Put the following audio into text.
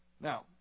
Now